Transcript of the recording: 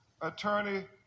attorney